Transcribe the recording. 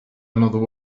another